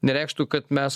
nereikštų kad mes